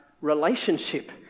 relationship